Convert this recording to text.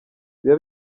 biba